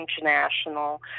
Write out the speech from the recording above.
international